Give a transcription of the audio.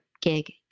gig